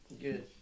Good